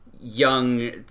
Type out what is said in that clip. young